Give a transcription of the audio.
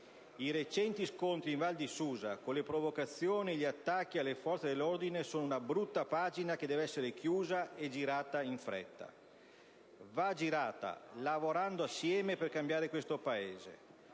I recenti scontri in Val di Susa, con le provocazioni e gli attacchi alle forze dell'ordine, sono una brutta pagina che deve essere chiusa e girata in fretta. Va girata lavorando insieme per cambiare il Paese: